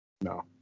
No